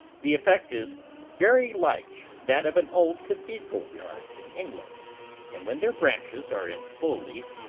the effect is very like that of an old cathedral yard in england and when their branches are in full leaf,